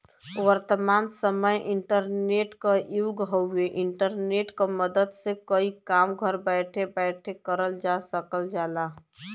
वर्तमान समय इंटरनेट क युग हउवे इंटरनेट क मदद से कई काम घर बैठे बैठे करल जा सकल जाला